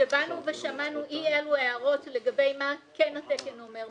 כששמענו אי אלו הערות לגבי מה כן התקן אומר,